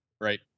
right